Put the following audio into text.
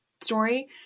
story